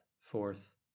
fourth